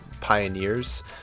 pioneers